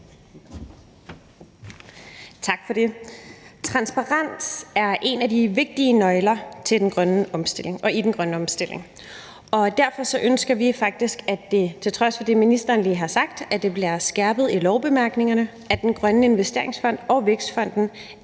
Tak for det. Transparens er en af de vigtige nøgler til den grønne omstilling og i den grønne omstilling, og derfor ønsker vi – til trods for det, ministeren lige har sagt, om, at det bliver skærpet i lovbemærkningerne – at Danmarks Grønne Investeringsfond og Vækstfonden er